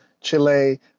Chile